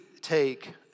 take